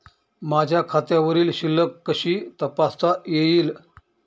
माझ्या खात्यावरील शिल्लक कशी तपासता येईल?